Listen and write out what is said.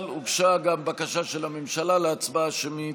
אבל הוגשה גם בקשה של הממשלה להצבעה שמית,